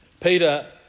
Peter